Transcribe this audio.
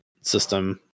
system